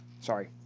Sorry